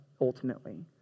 ultimately